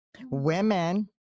Women